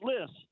list